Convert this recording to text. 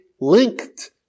linked